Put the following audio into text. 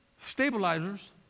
stabilizers